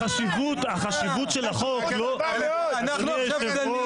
החשיבות של החוק לא, אדוני היושב-ראש